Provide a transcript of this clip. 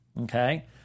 okay